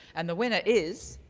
and the winner is.